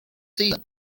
season